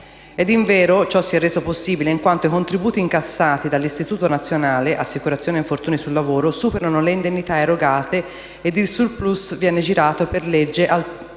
Ed invero, ciò si è reso possibile in quanto i contributi incassati dall'istituto nazionale Assicurazione Infortuni sul Lavoro superano le indennità erogate ed il *surplus* viene girato per legge al